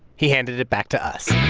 he handed it back to us